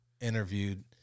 interviewed